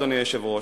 אדוני היושב-ראש,